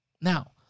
Now